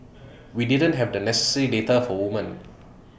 we didn't have the necessary data for women